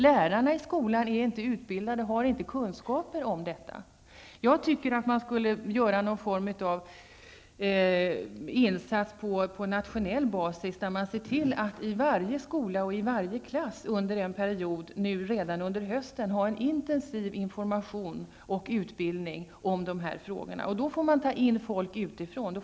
Lärarna i skolan är inte utbildade och har inte kunskap om detta. Jag tycker att man skulle göra någon form av insats på nationell basis och i varje skola och i varje klass under en period redan under hösten ha en intensiv information och utbildning om dessa frågor. Då får man ta in folk utifrån.